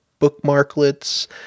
bookmarklets